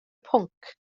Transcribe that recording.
pwnc